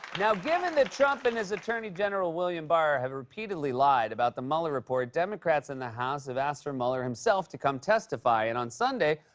now given that trump and his attorney general william barr have repeatedly lied about the mueller report, democrats in the house have asked for mueller himself to come testify. and on sunday,